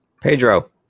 pedro